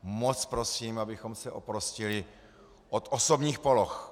Moc prosím, abychom se oprostili od osobních poloh.